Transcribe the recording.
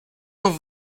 have